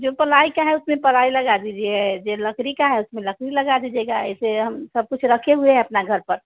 जो पलाई का है उसमें पलाई लगा दीजिए जो लकड़ी का है उसमें लकड़ी लगा दीजिएगा ऐसे हम सब कुछ रखे हुए अपना घर पर